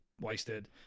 wasted